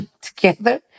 together